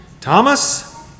Thomas